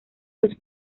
los